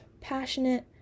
passionate